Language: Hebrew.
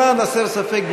למען הסר ספק,